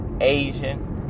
Asian